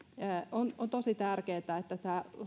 on on tosi tärkeää että tämä